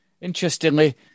Interestingly